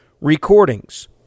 recordings